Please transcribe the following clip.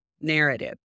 narrative